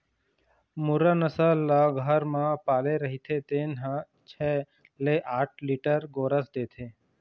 मुर्रा नसल ल घर म पाले रहिथे तेन ह छै ले आठ लीटर गोरस देथे